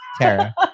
Tara